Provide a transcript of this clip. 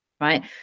right